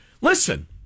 listen